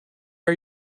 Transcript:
are